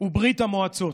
וברית המועצות.